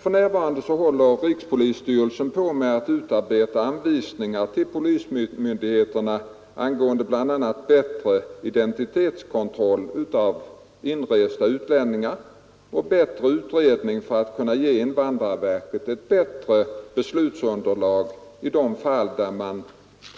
För närvarande håller rikspolisstyrelsen på med att utarbeta anvisningar till polismyndigheterna angående bl.a. bättre identitetskontroll av inresta utlänningar och bättre utredning för att kunna ge invandrarverket ett fastare beslutsunderlag i de fall där man